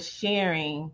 sharing